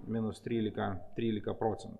minus trylika trylika procentų